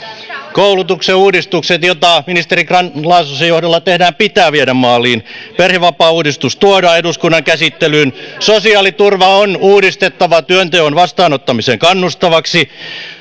koulutuksen uudistukset joita ministeri grahn laasosen johdolla tehdään pitää viedä maaliin perhevapaauudistus tuodaan eduskunnan käsittelyyn sosiaaliturva on uudistettava työn vastaanottamiseen kannustavaksi